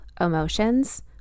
emotions